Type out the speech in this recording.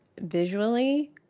visually